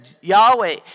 Yahweh